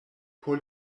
por